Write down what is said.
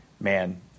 Man